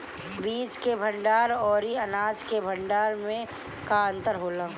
बीज के भंडार औरी अनाज के भंडारन में का अंतर होला?